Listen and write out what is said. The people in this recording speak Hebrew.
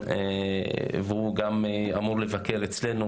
והוא גם אמור לבקר אצלנו,